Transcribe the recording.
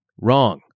Wrong